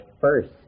first